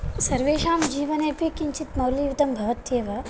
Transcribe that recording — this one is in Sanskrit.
सर्वेषां जीवने अपि किञ्चित् मौल्ययुतं भवत्येव